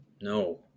No